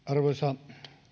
arvoisa